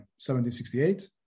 1768